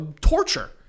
torture